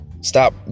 Stop